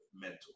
mental